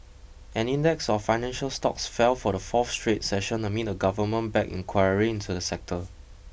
an index of financial stocks fell for the fourth straight session amid a government backed inquiry into the sector